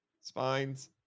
Spines